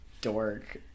dork